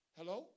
Hello